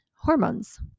hormones